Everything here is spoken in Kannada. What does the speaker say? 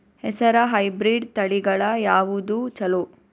ಹೆಸರ ಹೈಬ್ರಿಡ್ ತಳಿಗಳ ಯಾವದು ಚಲೋ?